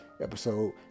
episode